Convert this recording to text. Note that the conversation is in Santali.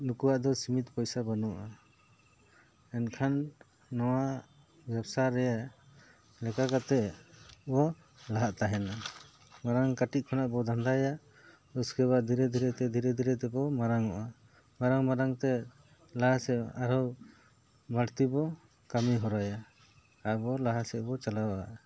ᱱᱩᱠᱩᱣᱟᱜ ᱫᱚ ᱥᱤᱢᱤᱛᱚ ᱯᱚᱭᱥᱟ ᱵᱟᱹᱱᱩᱜᱼᱟ ᱮᱱᱠᱷᱟᱱ ᱱᱚᱣᱟ ᱵᱮᱵᱽᱥᱟ ᱨᱮ ᱞᱮᱠᱟ ᱠᱟᱛᱮᱫ ᱵᱚᱱ ᱞᱟᱦᱟᱜ ᱛᱟᱦᱮᱱᱟ ᱢᱟᱨᱟᱝ ᱠᱟᱹᱴᱤᱡ ᱠᱷᱚᱱᱟᱜ ᱵᱚ ᱫᱟᱸᱫᱟᱭᱟ ᱩᱥᱠᱮᱵᱟ ᱫᱷᱤᱨᱮ ᱫᱷᱤᱨᱮ ᱛᱮ ᱫᱷᱤᱨᱮ ᱫᱷᱤᱨᱮ ᱛᱮᱵᱚᱱ ᱢᱟᱨᱟᱝᱚᱜᱼᱟ ᱢᱟᱨᱟᱝ ᱢᱟᱨᱟᱝᱼᱛᱮ ᱞᱟᱦᱟ ᱥᱮᱫ ᱟᱨᱦᱚᱸ ᱵᱟᱹᱲᱛᱤ ᱵᱚᱱ ᱠᱟᱹᱢᱤ ᱦᱚᱨᱟᱭᱟ ᱟᱵᱚ ᱞᱟᱦᱟ ᱥᱮᱫ ᱵᱚᱱ ᱪᱟᱞᱟᱣᱟ